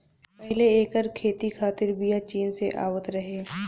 पहिले एकर खेती खातिर बिया चीन से आवत रहे